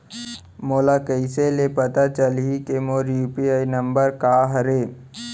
मोला कइसे ले पता चलही के मोर यू.पी.आई नंबर का हरे?